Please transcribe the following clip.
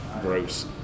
gross